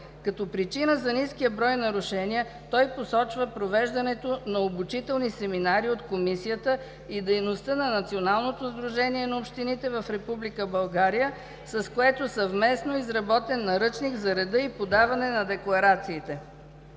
Като причина за ниския брой нарушения, той посочи провеждането на обучителни семинари от Комисията и дейността на Националното сдружение на общините в Република България, с което съвместно е изработен наръчник за реда за подаване на декларациите.